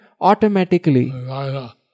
automatically